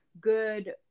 good